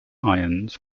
ions